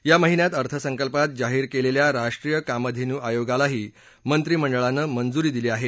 या महिन्यात अर्थसंकल्पात जाहीर करण्यात आलेल्या राष्ट्रीय कामधेनू आयोगालाही मंत्रिमंडळानं मंजुरी दिली आहे